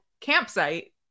campsite